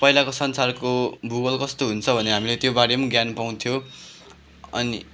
पहिलाको संसारको भूगोल कस्तो हुन्छ भनेर हामीले त्यो बारे पनि ज्ञान पाउँथ्यो अनि